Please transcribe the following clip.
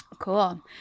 Cool